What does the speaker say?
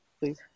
please